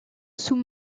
sous